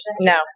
No